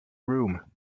room